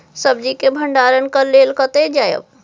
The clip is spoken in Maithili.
सब्जी के भंडारणक लेल कतय जायब?